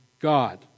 God